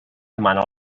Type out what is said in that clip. demana